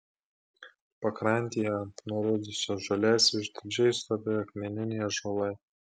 pakrantėje ant nurudusios žolės išdidžiai stovėjo akmeniniai ąžuolai